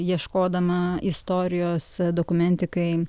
ieškodama istorijos dokumentikai